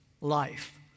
life